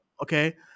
Okay